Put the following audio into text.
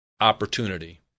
opportunity